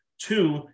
Two